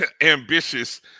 ambitious